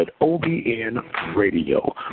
obnradio